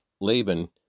Laban